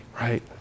right